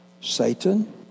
Satan